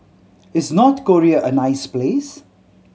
is North Korea a nice place